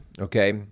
Okay